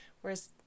whereas